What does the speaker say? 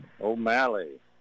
O'Malley